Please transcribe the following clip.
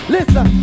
Listen